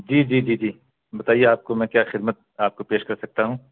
جی جی جی جی بتائیے آپ کو میں کیا خدمت آپ کو پیش کر سکتا ہوں